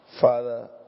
Father